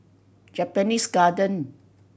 Japanese Garden